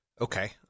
Okay